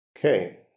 Okay